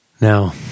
Now